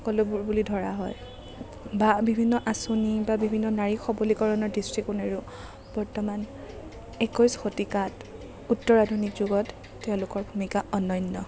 সকলোবোৰ বুলি ধৰা হয় বা বিভিন্ন আঁচনি বা বিভিন্ন নাৰী সবলীকৰণৰ দৃষ্টিকোণেৰেও বৰ্তমান একৈছ শতিকাত উত্তৰ আধুনিক যুগত তেওঁলোকৰ ভূমিকা অনন্য়